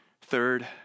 Third